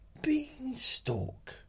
beanstalk